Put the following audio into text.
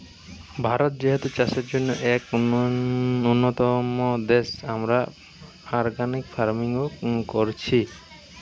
ভারত যেহেতু চাষের জন্যে এক উন্নতম দেশ, আমরা অর্গানিক ফার্মিং ও কোরছি